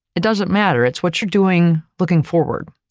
it doesn't matter. it's what you're doing, looking forward,